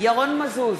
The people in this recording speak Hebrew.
ירון מזוז,